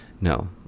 No